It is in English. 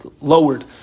lowered